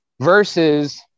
versus